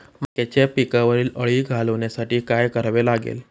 मक्याच्या पिकावरील अळी घालवण्यासाठी काय करावे लागेल?